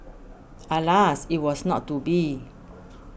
alas it was not to be